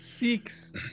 six